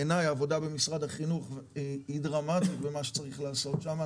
בעיניי העבודה במשרד החינוך היא דרמטית במה שצריך לעשות שם.